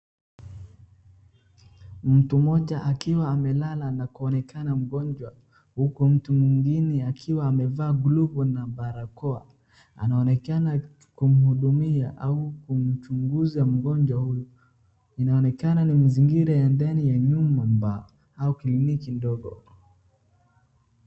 Mtu mmoja akiwa amelala na kuonekana mgonjwa, huku mtu mwingine akiwa amevaa glovu na barakoa, anaonekana kumhudumia au kumchunguza mgonjwa huyu. Inaonekana ni mazingira ya ndani ya nyumba au kliniki ndogo.